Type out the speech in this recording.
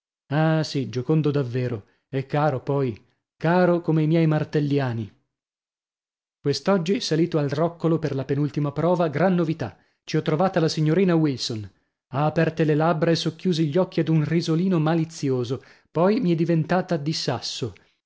ah sì giocondo davvero e caro poi caro come i miei martelliani quest'oggi salito al roccolo per la penultima prova gran novità ci ho trovata la signorina wilson ha aperte le labbra e socchiusi gli occhi ad un risolino malizioso poi mi è diventata di sasso